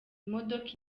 imodoka